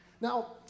Now